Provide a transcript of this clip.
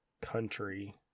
country